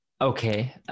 Okay